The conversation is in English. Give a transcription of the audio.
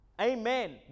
Amen